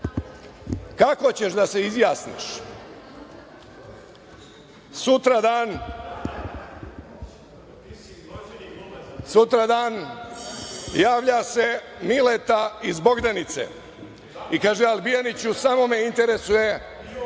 kako ćeš da se izjasniš? Sutradan javlja se Mileta iz Bogdanice i kaže – Albijaniću samo me interesuje